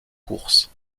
course